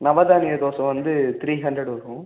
நவதானிய தோசை வந்து three hundred இருக்கும்